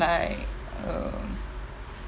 like um